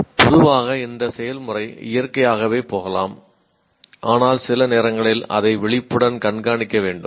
பொதுவாக இந்த செயல்முறை இயற்கையாகவே போகலாம் ஆனால் சில நேரங்களில் அதை விழிப்புடன் கண்காணிக்க வேண்டும்